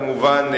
כמובן,